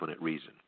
reason